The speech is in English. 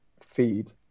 feed